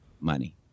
money